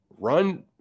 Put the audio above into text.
run